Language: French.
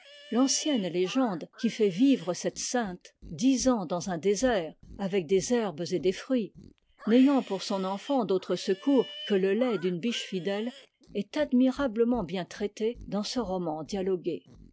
l'ancienne légende qui fait vivre cette sainte dix ans dans un désert avec des herbes et des fruits n'ayant pour son enfant d'autre secours que le lait d'une biche fidèle est admirablement bien traitée dans ce roman dialogué